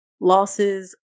Losses